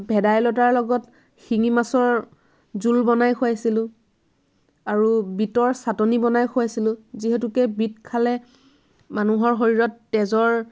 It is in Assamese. ভেদাইলতাৰ লগত শিঙি মাছৰ জোল বনাই খুৱাইছিলোঁ আৰু বিটৰ চাটনি বনাই খুৱাইছিলোঁ যিহেতুকে বিট খালে মানুহৰ শৰীৰত তেজৰ